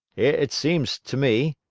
it seems to me,